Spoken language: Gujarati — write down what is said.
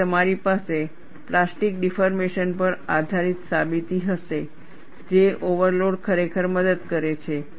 અને તમારી પાસે પ્લાસ્ટિક ડિફોર્મેશન પર આધારિત સાબિતી હશે જે ઓવરલોડ ખરેખર મદદ કરે છે